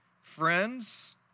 friends